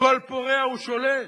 שכל פורע הוא שולט.